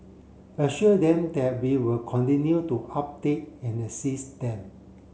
assure them that we will continue to update and assist them